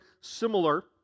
similar